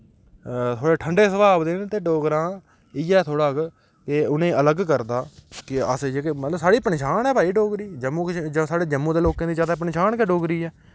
थोह्ड़े ठंडे सभाऽ दे बी होंदे डोगरां इयै थोह्ड़े के ते उ'नें अलग करदा ते अस जेह्के मतलब साढ़ी पंशान ऐ भाई डोगरी जम्मू कश्मीर साढ़े जम्मू दे लोकें दी ज्यादा पंछान गै डोगरी ऐ